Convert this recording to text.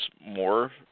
more